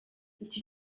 iki